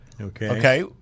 Okay